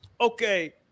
Okay